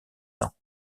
ans